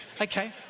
Okay